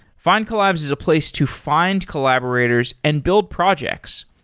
findcollabs is a place to find collaborators and build projects.